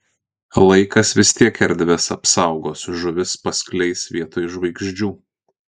laikas vis tiek erdves apsaugos žuvis paskleis vietoj žvaigždžių